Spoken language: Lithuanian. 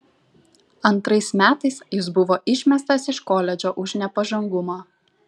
antrais metais jis buvo išmestas iš koledžo už nepažangumą